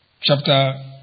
Chapter